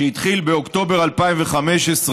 שהתחיל באוקטובר 2015,